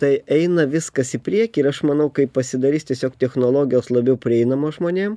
tai eina viskas į priekį ir aš manau kai pasidarys tiesiog technologijos labiau prieinamos žmonėm